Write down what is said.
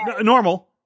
normal